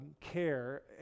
care